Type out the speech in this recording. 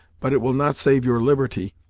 but it will not save your liberty,